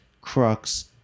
crux